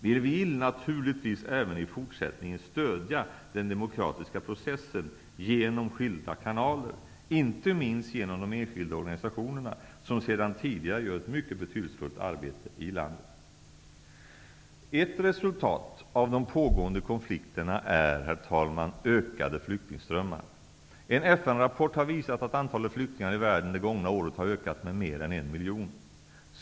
Vi vill naturligtvis även i fortsättningen stödja den demokratiska processen genom skilda kanaler, inte minst genom de enskilda organisationer som sedan tidigare gör ett mycket betydelsefullt arbete i landet. Ett resultat av de pågående konflikterna är, herr talman, ökade flyktingströmmar. En FN-rapport har visat att antalet flyktingar i världen det gångna året har ökat med mer än 1 miljon.